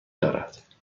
دارد